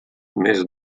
més